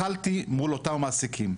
זחלתי, מול אותם המעסיקים.